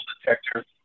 detector